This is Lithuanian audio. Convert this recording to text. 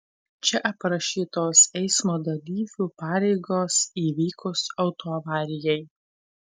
čia aprašytos eismo dalyvių pareigos įvykus autoavarijai